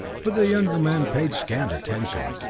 but the younger man paid scant attention.